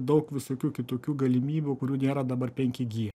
daug visokių kitokių galimybių kurių nėra dabar penki gie